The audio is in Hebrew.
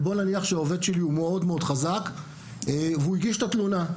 ובוא נניח שהעובד שלי הוא מאוד מאוד חזק והוא הגיש את התלונה.